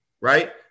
Right